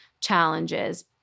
challenges